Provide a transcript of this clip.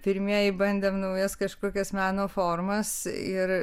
pirmieji bandėm naujas kažkokias meno formas ir